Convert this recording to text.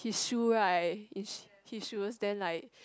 his shoe right his shoes then like